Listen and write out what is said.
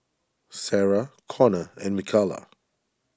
Sara Connor and Mikala